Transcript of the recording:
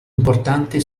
importante